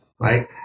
right